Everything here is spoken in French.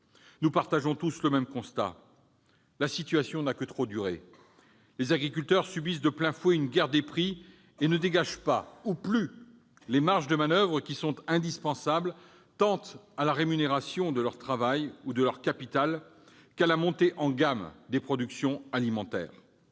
Nous partageons tous le même constat. La situation n'a que trop duré. Les agriculteurs subissent de plein fouet une guerre des prix et ne dégagent pas, ou plus, les marges de manoeuvre qui sont indispensables, tant à la rémunération de leur travail ou de leur capital qu'à la montée en gamme des productions alimentaires.